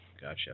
Gotcha